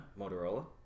Motorola